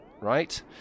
right